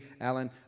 Alan